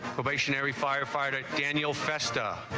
stationary firefighter daniel festa